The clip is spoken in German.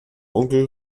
onkel